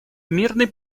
мирный